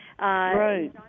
Right